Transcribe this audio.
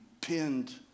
pinned